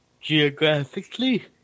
geographically